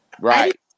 right